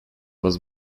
was